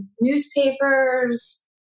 Newspapers